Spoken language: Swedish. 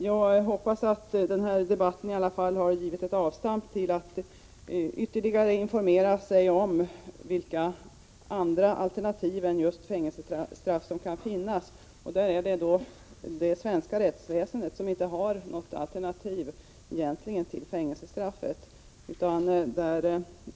Jag hoppas att den här debatten i alla fall har givit ett avstamp till att ytterligare informera sig om vilka alternativ till fängelsestraff som kan finnas. På den punkten är det i dag så att det svenska rättsväsendet egentligen inte har något alternativ till fängelsestraffet.